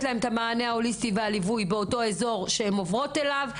להם את המענה ההוליסטי והליווי באותו אזור שהן עוברות אליו,